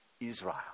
Israel